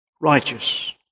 righteous